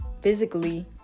physically